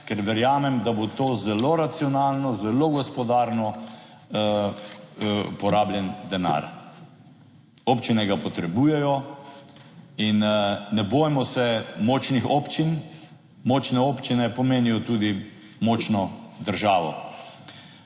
ker verjamem, da bo to zelo racionalno, zelo gospodarno porabljen denar. Občine ga potrebujejo. In ne bojmo se močnih občin. Močne občine pomenijo tudi močno državo.